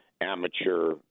amateur